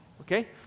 Okay